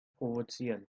provozieren